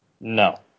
No